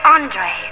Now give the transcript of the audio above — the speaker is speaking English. Andre